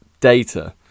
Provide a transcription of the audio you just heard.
data